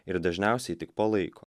ir dažniausiai tik po laiko